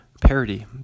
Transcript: parody